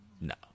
No